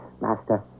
Master